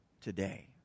today